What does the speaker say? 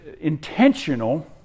intentional